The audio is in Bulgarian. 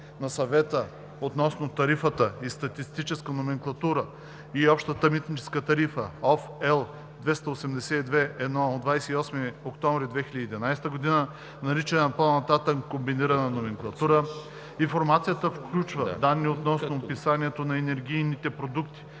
на Съвета относно тарифната и статистическа номенклатура и Общата митническа тарифа (OB, L 282/1 от 28 октомври 2011 г.), наричана по-нататък „Комбинираната номенклатура“. Информацията включва данни относно описанието на енергийните продукти,